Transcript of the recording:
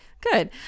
Good